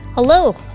Hello